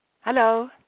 Hello